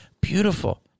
Beautiful